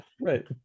Right